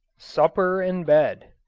supper and bed